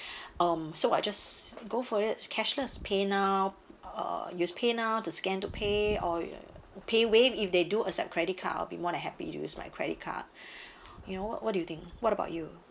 um so I just go for the cashless paynow uh use paynow to scan to pay or paywave if they do accept credit card I'll be more than happy to use my credit card you know what what do you think what about you